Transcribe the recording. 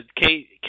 Kate